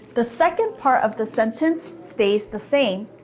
the second part of the sentence stays the same,